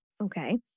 okay